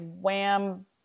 wham